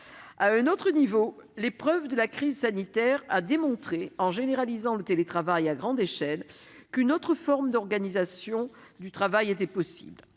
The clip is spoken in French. un autre plan, l'épreuve de la crise sanitaire a démontré, en généralisant le télétravail à grande échelle, qu'une autre forme d'organisation du travail était possible.